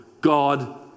God